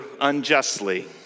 unjustly